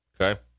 Okay